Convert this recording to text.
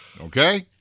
Okay